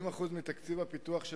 40% מתקציב הפיתוח של